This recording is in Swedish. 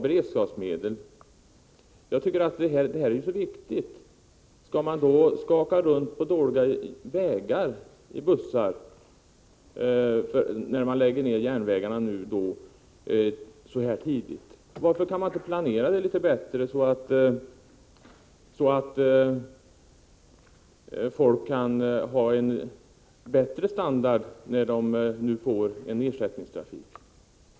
Beredskapsmedel har nämnts. Jag tycker att detta är mycket viktigt. Skall man skaka runt på dåliga vägar i bussar, när järnvägarna läggs ned så här tidigt? Varför kan det inte planeras litet bättre, så att folk kan ha bättre standard när de nu får en ersättningstrafik?